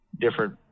different